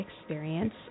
experience